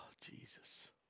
Jesus